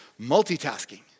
multitasking